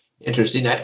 Interesting